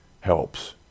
helps